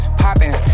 popping